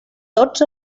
tots